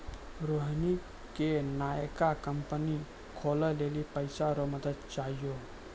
रोहिणी के नयका कंपनी खोलै लेली पैसा रो मदद चाहियो